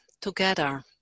together